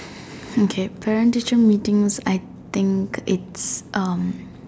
okay parent teacher meetings I think it's um